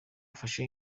bafashe